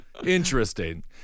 interesting